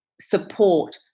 support